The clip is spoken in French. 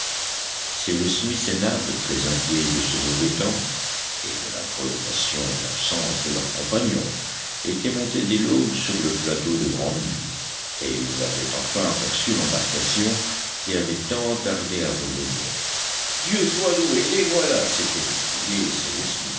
et nab très inquiets de ce mauvais temps et de la prolongation d'absence de leurs compagnons étaient montés dès l'aube sur le plateau de grande vue et ils avaient enfin aperçu l'embarcation qui avait tant tardé à revenir dieu soit loué les voilà s'était écrié cyrus